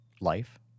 life